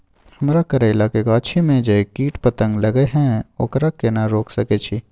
हमरा करैला के गाछी में जै कीट पतंग लगे हैं ओकरा केना रोक सके छी?